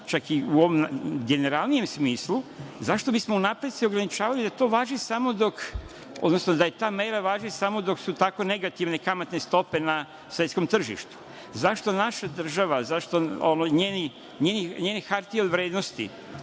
čak i u ovom generalnijem smislu. Zašto bismo se unapred ograničavali da ta mera važi samo dok su takve negativne kamatne stope na svetskom tržištu? Zašto naša država, zašto njene hartije od vrednosti